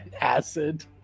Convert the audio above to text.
acid